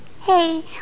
Hey